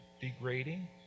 degrading